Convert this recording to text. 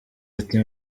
ati